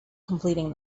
completing